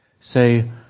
Say